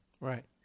Right